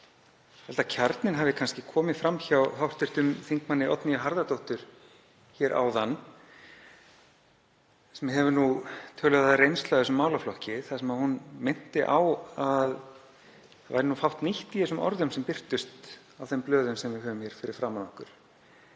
held að kjarninn hafi kannski komið fram hjá hv. þm. Oddnýju G. Harðardóttur hér áðan, sem hefur töluverða reynslu af þessum málaflokki, þar sem hún minnti á að það væri fátt nýtt í þeim orðum sem birtust á þeim blöðum sem við höfum hér fyrir framan okkur.